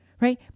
Right